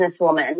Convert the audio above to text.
businesswoman